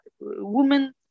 women